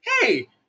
hey